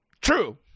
true